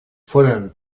foren